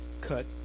cut